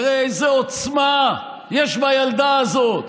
תראה איזו עוצמה יש בילדה הזאת.